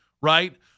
right